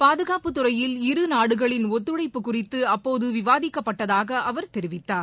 பாதுகாப்புத் துறையில் இருநாடுகளின் ஒத்துழைப்பு குறித்துஅப்போதுவிவாதிக்கப்பட்டதாகஅவர் தெரிவித்தார்